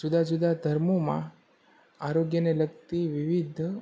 જુદા જુદા ધર્મોમાં આરોગ્યને લગતી વિવિધ